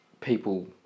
people